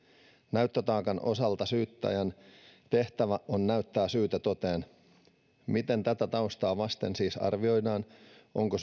näyttötaakan osalta syyttäjän tehtävä on näyttää syyte toteen miten tätä taustaa vasten siis arvioidaan onko